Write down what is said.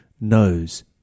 knows